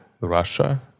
Russia